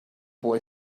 boy